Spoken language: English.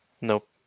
Nope